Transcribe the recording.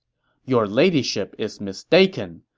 your ladyship is mistaken.